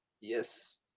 Yes